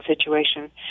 situation